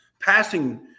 passing –